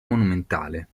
monumentale